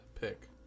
pick